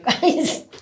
guys